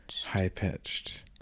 high-pitched